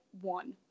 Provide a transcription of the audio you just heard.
one